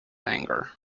anger